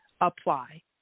apply